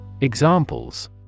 Examples